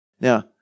Now